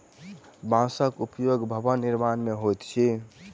बांसक उपयोग भवन निर्माण मे होइत अछि